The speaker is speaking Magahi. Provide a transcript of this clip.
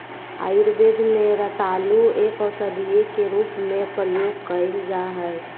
आयुर्वेद में रतालू के औषधी के रूप में प्रयोग कइल जा हइ